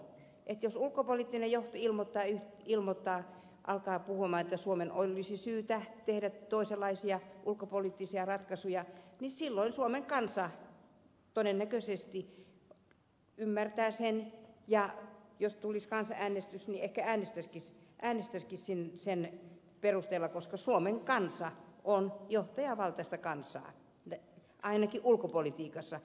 jos ulkopoliittinen johto ilmoittaa alkaa puhua että suomen olisi syytä tehdä toisenlaisia ulkopoliittisia ratkaisuja niin silloin suomen kansa todennäköisesti ymmärtää sen ja jos tulisi kansanäänestys niin ehkä äänestäisikin sen perusteella koska suomen kansa on johtajavaltaista kansaa ainakin ulkopolitiikassa